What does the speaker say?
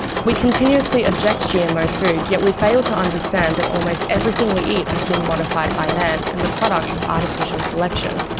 we continuously object gmo food yet we fail to understand that almost everything we eat has been modified by man, and the product of artificial selection.